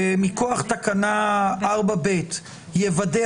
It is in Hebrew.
מכוח תקנה 4(ב) יוודא,